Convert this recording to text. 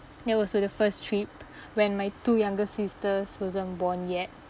that was with the first trip when my two younger sisters wasn't born yet